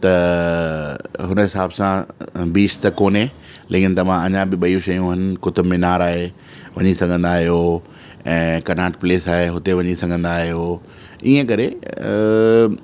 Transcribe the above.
त हुन हिसाब सां बीच त कोन्हे लेकिन त मां अञा बि ॿियूं शयूं आहिनि क़ुतुबु मीनार आहे वञी सघंदा आहियो ऐं कनॉट प्लेस आहे हुते वञी सघंदा आहियो ईअं करे